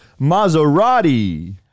Maserati